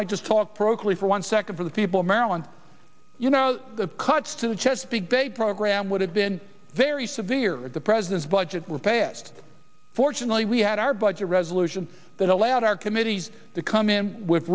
might just talk proclaim for one second for the people of maryland you know the cuts to the chesapeake bay program would have been very severe the president's budget were passed fortunately we had our budget resolution that allowed our committees to come in with